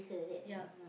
yup